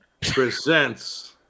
presents